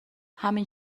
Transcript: همین